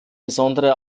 besondere